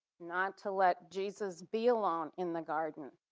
not to let jesus be alone in the garden,